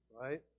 right